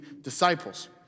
disciples